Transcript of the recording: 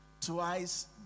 twice